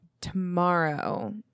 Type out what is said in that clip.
tomorrow